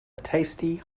tasty